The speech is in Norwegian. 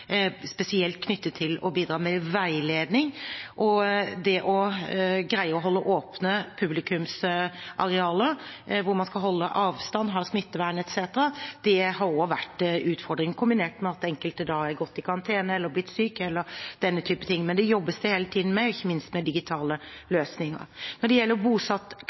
spesielt knyttet til å bidra med veiledning. Det å greie å holde åpne publikumsarealer hvor man skal holde avstand, ha smittevern etc., har også vært en utfordring, kombinert med at enkelte er gått i karantene, blitt syke eller den type ting. Men dette jobbes det med hele tiden, ikke minst med digitale løsninger. Når det gjelder